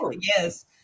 Yes